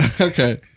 Okay